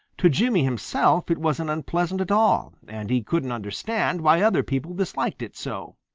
to jimmy himself it wasn't unpleasant at all, and he couldn't understand why other people disliked it so.